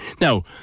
Now